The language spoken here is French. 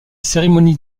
cérémonie